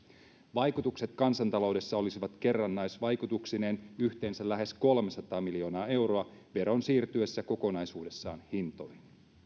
vaikutukset kansantaloudessa olisivat kerrannaisvaikutuksineen yhteensä lähes kolmesataa miljoonaa euroa veron siirtyessä kokonaisuudessaan hintoihin